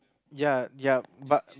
ya ya but